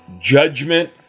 judgment